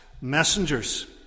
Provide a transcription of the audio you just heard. messengers